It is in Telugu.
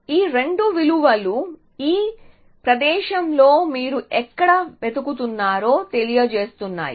ఈ రెండు విలువలు ఈ ప్రదేశంలో మీరు ఎక్కడ వెతుకుతున్నారో తెలియజేస్తున్నాయి